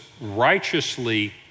righteously